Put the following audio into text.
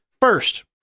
First